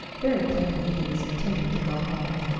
very plainly he was intending to go home,